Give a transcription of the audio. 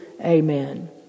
Amen